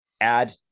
add